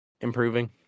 improving